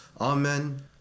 Amen